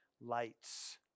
lights